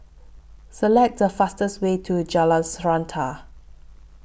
Select The fastest Way to Jalan Srantan